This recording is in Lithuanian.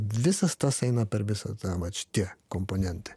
visas tas eina per visą tą vat šitie komponentai